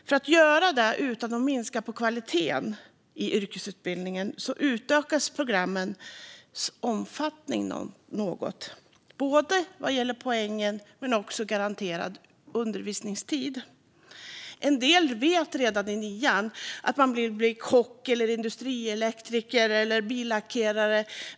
För att göra detta utan att minska på kvaliteten i yrkesutbildningen utökar man yrkesprogrammens omfattning något, både vad gäller gymnasiepoäng och garanterad undervisningstid. En del vet redan i nian att man vill bli kock, industrielektriker eller billackerare.